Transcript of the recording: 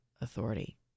authority